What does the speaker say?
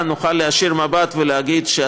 כבר הייתה ענקית ומסודרת.